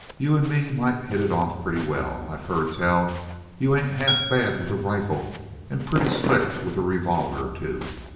you and me might hit it off pretty well. i've heard tell you ain't half bad with a rifle and pretty slick with a revolver, too.